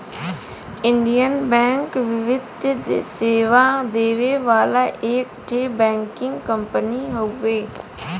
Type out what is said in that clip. Indian Bank वित्तीय सेवा देवे वाला एक ठे बैंकिंग कंपनी हउवे